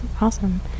Awesome